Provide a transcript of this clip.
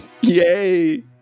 Yay